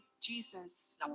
Jesus